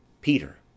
Peter